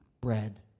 bread